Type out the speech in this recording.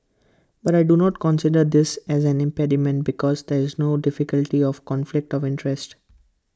but I do not consider this as an impediment because there is no difficulty of conflict of interest